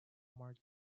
marked